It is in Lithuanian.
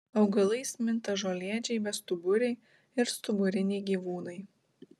augalais minta žolėdžiai bestuburiai ir stuburiniai gyvūnai